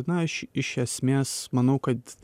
na aš iš esmės manau kad